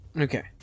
Okay